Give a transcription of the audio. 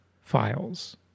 files